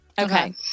Okay